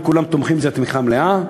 וכולם תומכים בזה תמיכה מלאה.